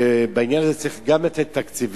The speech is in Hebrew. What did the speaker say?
בעניין הזה צריך גם את התקציבים.